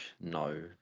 No